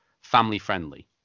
family-friendly